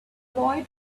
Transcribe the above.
boy